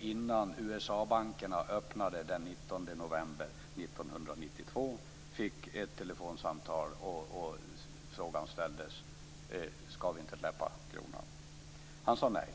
innan USA bankerna öppnade den 19 november 1992 fick ett telefonsamtal. Frågan ställdes: Skall vi inte släppa kronan? Han sade nej.